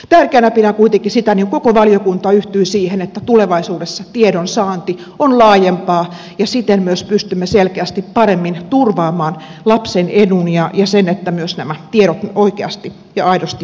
tärkeänä pidän kuitenkin sitä niin kuin koko valiokunta yhtyy siihen että tulevaisuudessa tiedon saanti on laajempaa ja siten myös pystymme selkeästi paremmin turvaamaan lapsen edun ja sen että myös nämä tiedot oikeasti ja aidosti päivittyvät